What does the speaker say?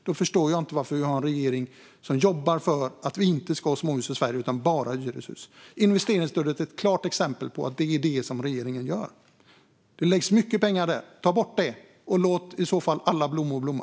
Då förstår jag inte varför vi har en regering som jobbar för att det inte ska finnas småhus i Sverige utan bara hyreshus. Investeringsstödet är ett klart exempel på vad regeringen gör. Det läggs mycket pengar där. Ta bort dem, och låt alla blommor blomma.